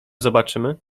zobaczymy